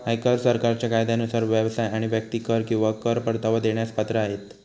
आयकर सरकारच्या कायद्यानुसार व्यवसाय आणि व्यक्ती कर किंवा कर परतावा देण्यास पात्र आहेत